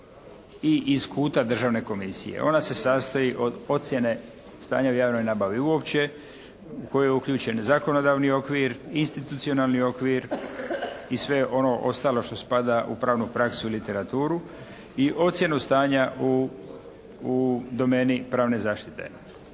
i iz kuta državne komisije. Ona se sastoji od ocjene stanja u javnoj nabavi uopće u koju je uključen zakonodavni okvir, institucionalni okvir i sve ono ostalo što spada u pravnu praksu i literaturu i ocjenu stanja u domeni pravne zaštite.